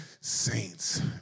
Saints